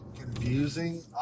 confusing